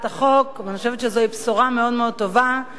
אני חושבת שזו בשורה מאוד-מאוד טובה לכל